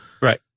Right